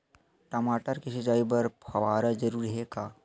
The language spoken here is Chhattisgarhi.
टमाटर के सिंचाई बर फव्वारा जरूरी हे का?